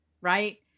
Right